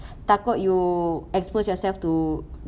takut you expose yourself to